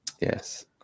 Yes